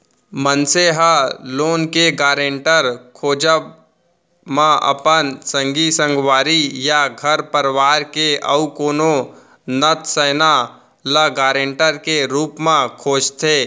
मनसे ह लोन के गारेंटर खोजब म अपन संगी संगवारी या घर परवार के अउ कोनो नत सैना ल गारंटर के रुप म खोजथे